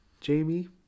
Jamie